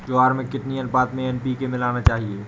ज्वार में कितनी अनुपात में एन.पी.के मिलाना चाहिए?